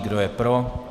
Kdo je pro?